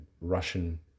Russian